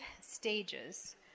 stages